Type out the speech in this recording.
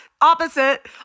Opposite